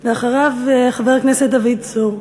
אחריו, חבר הכנסת דוד צור.